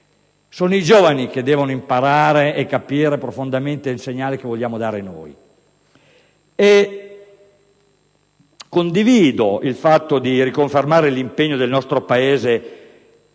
Sono i giovani che devono imparare e capire profondamente il segnale che vogliamo dare. Condivido l'importanza di confermare l'impegno del nostro Paese